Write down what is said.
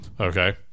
Okay